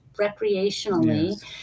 recreationally